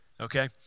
Okay